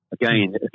Again